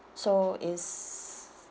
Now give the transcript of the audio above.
so is